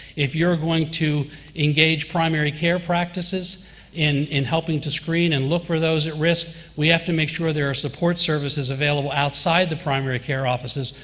if you are going to engage primary care practices in in helping to screen and look for those at risk, we have to make sure there are support services available outside the primary care offices,